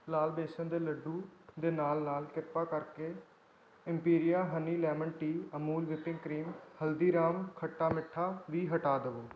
ਲਾਲ ਬੇਸਨ ਦੇ ਲੱਡੂ ਦੇ ਨਾਲ ਨਾਲ ਕ੍ਰਿਪਾ ਕਰਕੇ ਐਮਪੀਰੀਆ honey lemon tea Amul whipping cream Haldiram khatta meetha ਵੀ ਹਟਾ ਦੇਵੋ